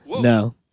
No